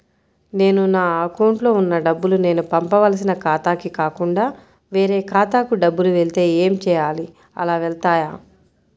నేను నా అకౌంట్లో వున్న డబ్బులు నేను పంపవలసిన ఖాతాకి కాకుండా వేరే ఖాతాకు డబ్బులు వెళ్తే ఏంచేయాలి? అలా వెళ్తాయా?